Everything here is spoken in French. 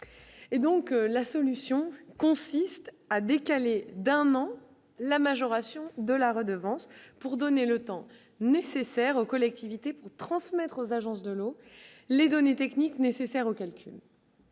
et donc la solution consiste à décaler d'un an, la majoration de la redevance pour donner le temps nécessaire aux collectivités pour transmettre aux agences de l'eau, les données techniques nécessaires au calcul